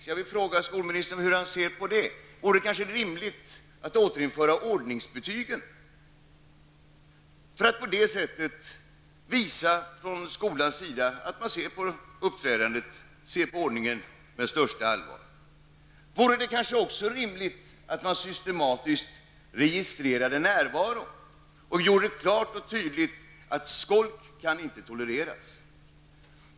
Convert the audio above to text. Jag vill fråga skolministern om det kanske vore rimligt att återinföra ordningsbetygen. Skolan kan på det sättet visa att man ser på uppträdandet och ordningen med största allvar. Det vore kanske också rimligt att man systematiskt registrerade närvaron och gjorde klart och tydligt att skolk inte kan tolereras.